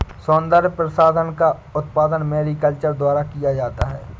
सौन्दर्य प्रसाधन का उत्पादन मैरीकल्चर द्वारा किया जाता है